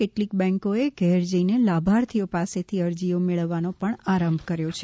કેટલીક બેંકોએ ઘેર જઈને લાભાર્થીઓ પાસેથી અરજીઓ મેળવવાનો પણ આરંભ કર્યો છે